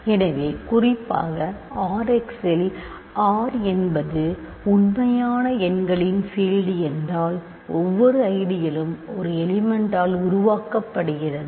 எனவே குறிப்பாக R x இல் R என்பது உண்மையான எண்களின் பீல்டு என்றால் ஒவ்வொரு ஐடியழும் ஒரு எலிமெண்ட் ஆல் உருவாக்கப்படுகிறது